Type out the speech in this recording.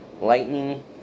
Lightning